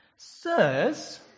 Sirs